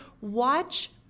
watch